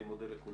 אני מודה לכולם.